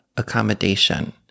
accommodation